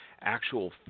actual